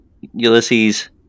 Ulysses